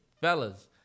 Fellas